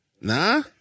Nah